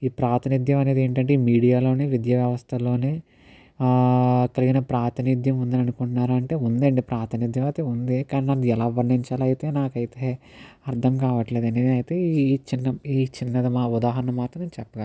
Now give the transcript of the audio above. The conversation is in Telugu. ఈ ప్రాతినిధ్యం అనేది ఏంటంటే మీడియాలోనే విద్య వ్యవస్థలోనే తగిన ప్రాతినిధ్యం ఉందని అనుకుంటున్నారు అంటే ఉందండి ప్రాదనిద్యముఅయితే ఉంది కానీ దాన్ని ఎలా వర్ణించాలో అయితే నాకు అయితే అర్థం కావట్లేదు నేనైతే ఈ చిన్న ఈ చిన్నది మా ఉదాహరణ మాత్రం చెప్పగలను